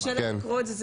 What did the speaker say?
קשה להם לקרוא אותם וכולי.